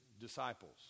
disciples